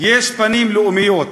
יש פנים לאומיות,